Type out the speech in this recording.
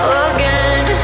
again